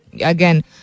again